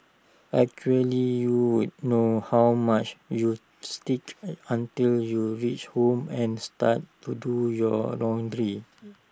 actually you would know how much you stick until you reach home and start to do your laundry